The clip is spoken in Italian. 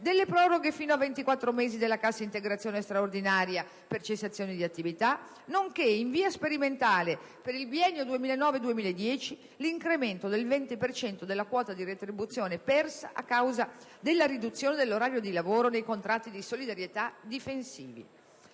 delle proroghe fino a 24 mesi della cassa integrazione straordinaria per cessazione di attività; nonché, in via sperimentale per il biennio 2009-2010, l'incremento del 20 per cento della quota di retribuzione persa a causa della riduzione dell'orario di lavoro nei contratti di solidarietà "difensivi".